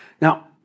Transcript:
Now